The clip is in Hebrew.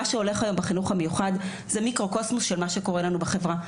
מה שהולך היום בחינוך המיוחד זה מיקרו קוסמוס של מה שקורה לנו בחברה.